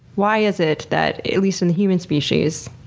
why is it that, at least in human species,